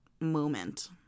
moment